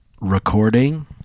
recording